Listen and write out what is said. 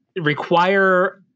require